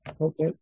Okay